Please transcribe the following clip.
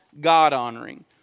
God-honoring